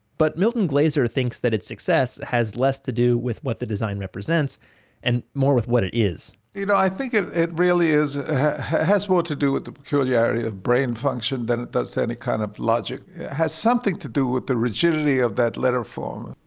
but milton glaser thinks that its success has less to do with what the design represents and more with what it is you know i think it really is ah it has more to do with the peculiarity of brain function than it does to any kind of logic. it has something to do with the rigidity of that letter form.